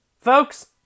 Folks